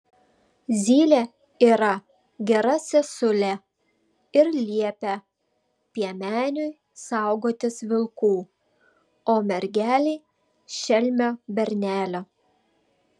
zylė yra gera sesulė ir liepia piemeniui saugotis vilkų o mergelei šelmio bernelio